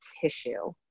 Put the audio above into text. tissue